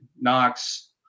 Knox